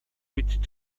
with